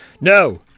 No